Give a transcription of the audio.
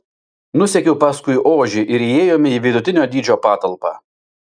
nusekiau paskui ožį ir įėjome į vidutinio dydžio patalpą